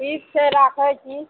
ठीक छै राखैत छी